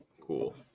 Cool